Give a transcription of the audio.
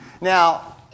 Now